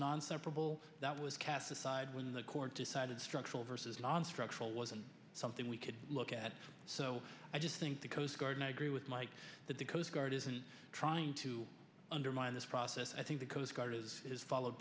purple that was cast aside when the court decided structural versus nonstructural wasn't something we could look at so i just think the coast guard and i agree with mike that the coast guard isn't trying to undermine this process i think the coast guard is has followed